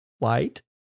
light